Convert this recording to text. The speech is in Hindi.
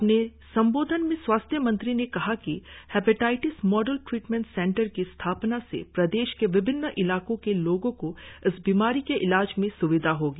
अपने संबोधन में स्वास्थ्य मंत्री ने कहा कि हेपेटाइटिस मॉडल ट्रीटमेंट सेंटर की स्थापना से प्रदेश के विभिन्न इलाको के लोगो को इस बीमारी के इलाज में स्विधा होगी